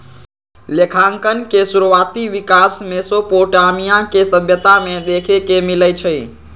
लेखांकन के शुरुआति विकास मेसोपोटामिया के सभ्यता में देखे के मिलइ छइ